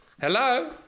Hello